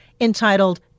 entitled